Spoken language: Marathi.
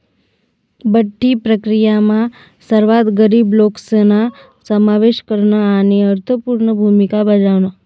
बठ्ठी प्रक्रीयामा सर्वात गरीब लोकेसना समावेश करन आणि अर्थपूर्ण भूमिका बजावण